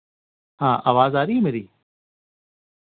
हां आवाज आ दी ऐ मेरी